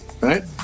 right